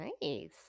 Nice